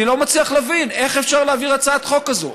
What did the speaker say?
אני לא מצליח להבין איך אפשר להעביר הצעת חוק כזאת.